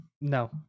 No